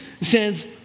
says